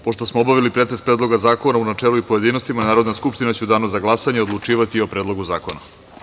Pošto smo obavili pretres Predloga zakona u načelu i pojedinostima, Narodna skupština će u Danu za glasanje odlučivati o Predlogu zakona.